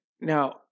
now